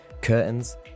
Curtains